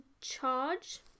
Charge